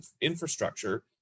infrastructure